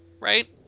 Right